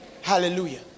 Hallelujah